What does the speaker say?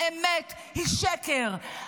האמת היא שקר.